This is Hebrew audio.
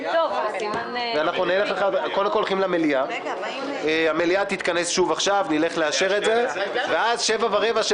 מי בעד משה גפני לראשות ועדת